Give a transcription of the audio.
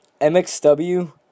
MXW